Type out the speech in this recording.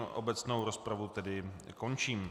Obecnou rozpravu tedy končím.